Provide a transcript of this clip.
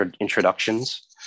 introductions